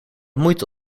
moeite